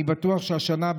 אני בטוח שהשנה,